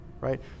Right